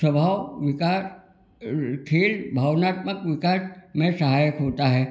स्वभाव विकार खेल भावनात्मक विकार में सहायक होता है